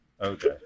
Okay